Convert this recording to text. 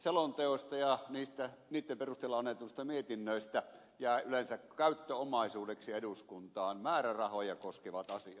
selonteoista ja niitten perusteella annetuista mietinnöistä jäävät yleensä käyttöomaisuudeksi eduskuntaan määrärahoja koskevat asiat